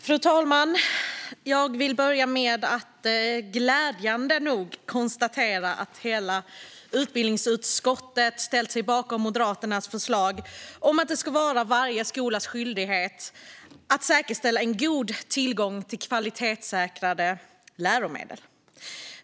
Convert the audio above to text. Fru talman! Jag vill börja med att konstatera att hela utbildningsutskottet glädjande nog har ställt sig bakom Moderaternas förslag om att det ska vara varje skolas skyldighet att säkerställa en god tillgång till kvalitetssäkrade läromedel.